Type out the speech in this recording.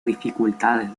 dificultades